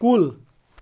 کُل